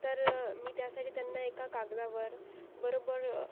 तर मी त्यासाठी त्यांना एका कागदावर बरोबर